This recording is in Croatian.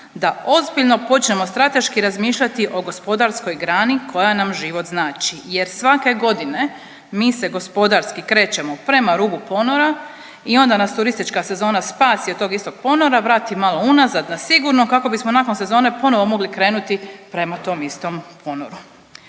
da ozbiljno počnemo strateški razmišljati o gospodarskoj grani koja nam život znači jer svake godine mi se gospodarski krećemo prema rubu ponora i onda nas turistička sezona spasi od tog istog ponora, vrati malo unazad na sigurno kako bismo nakon sezone ponovo mogli krenuti prema tom istom ponoru.